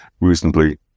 reasonably